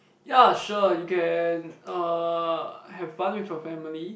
ya sure you can uh have fun with your family